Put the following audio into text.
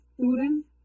student